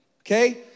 okay